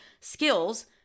Skills